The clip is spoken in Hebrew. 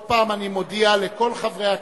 עוד פעם אני מודיע לכל חברי הכנסת: